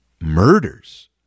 murders